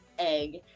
egg